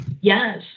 Yes